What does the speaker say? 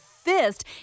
fist